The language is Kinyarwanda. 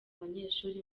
banyeshuri